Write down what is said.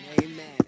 amen